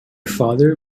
father